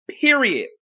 Period